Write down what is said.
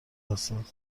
هستند